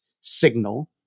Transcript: signal